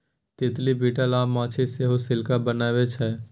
तितली, बिटल अ माछी सेहो सिल्क बनबै छै